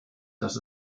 dass